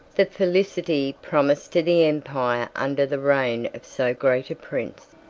the felicity promised to the empire under the reign of so great a prince.